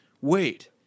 Wait